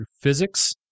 physics